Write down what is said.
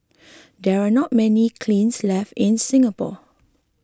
there are not many kilns left in Singapore